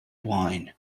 wine